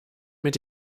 mit